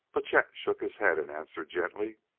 but chet shook his head and answered gently